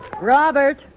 Robert